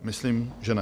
Myslím, že ne.